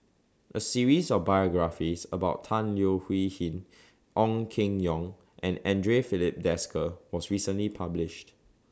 A series of biographies about Tan Leo Hui Hin Ong Keng Yong and Andre Filipe Desker was recently published